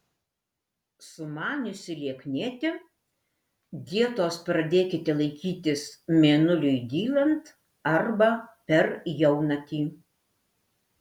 sumaniusi lieknėti dietos pradėkite laikytis mėnuliui dylant arba per jaunatį